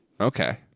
Okay